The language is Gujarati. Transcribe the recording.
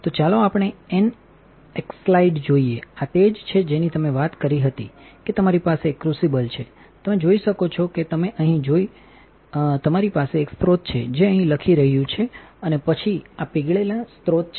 તો ચાલો આપણે એનએક્સ્લાઇડમાંજોઈએઆ તે જ છે જેની તમે વાત કરી હતી કે તમારી પાસે એક ક્રુસિબલ છે તમે જોઈ શકો છો તમે અહીં જોઈ શકો છો અને પછી તમારી પાસે એક સ્રોત છે જેઅહીંલખી રહ્યુંછે અને પછી આ પીગળેલા સ્રોત છે